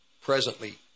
presently